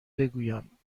بگویم